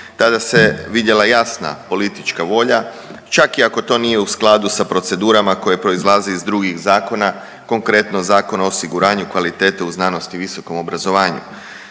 Tada se vidjela jasna politička volja čak i ako to nije u skladu sa procedurama koje proizlaze iz drugih zakona, konkretno Zakona o osiguranju kvalitete u znanosti i visokom obrazovanju.